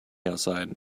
outside